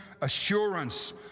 assurance